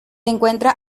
encuentra